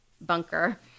bunker